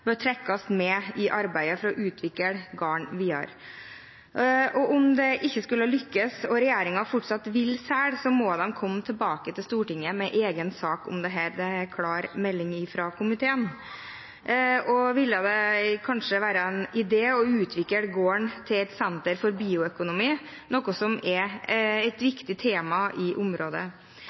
bør trekkes med i arbeidet for å utvikle gården videre. Om det ikke skulle lykkes og regjeringen fortsatt vil selge, må de komme tilbake til Stortinget med en egen sak om dette, det er den klare meldingen fra komiteen. Det ville kanskje være en idé å utvikle gården til et senter for bioøkonomi – noe som er et viktig tema i området.